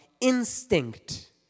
instinct